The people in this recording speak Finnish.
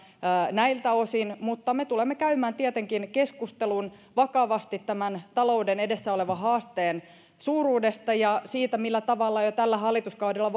näiltä osin mutta me tulemme käymään tietenkin keskustelun vakavasti tämän talouden edessä olevan haasteen suuruudesta ja siitä millä tavalla jo tällä hallituskaudella